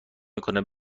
میکنه